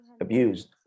abused